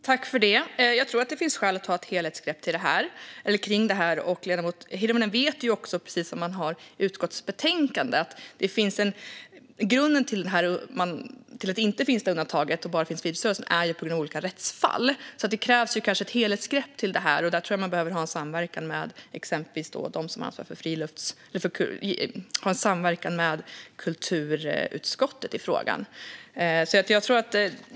Herr talman! Jag tror att det finns skäl att ta ett helhetsgrepp om det här. Ledamoten Hirvonen vet också att det står i utskottets betänkande att bakgrunden till att undantag inte finns annat än inom idrottsrörelsen är olika rättsfall. Därför krävs det nog ett helhetsgrepp. Jag tror att man behöver samverka med exempelvis kulturutskottet i frågan.